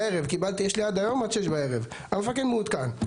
המפקד מעודכן.